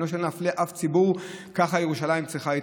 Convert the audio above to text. ככל שלא נפלה אף ציבור, ככה ירושלים צריכה להתחזק.